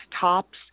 tops